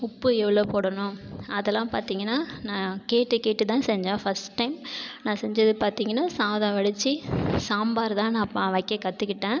உப்பு எவ்வளோ போடணும் அதல்லாம் பார்த்திங்கனா நான் கேட்டு கேட்டு தான் செஞ்சேன் ஃபர்ஸ்ட் டைம் நான் செஞ்சது பார்த்திங்கனா சாதம் வடிச்சு சாம்பார் தான் நான் ப வைக்க கற்றுக்கிட்டேன்